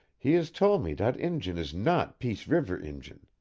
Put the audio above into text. he is tole me dat injun is not peace reever injun.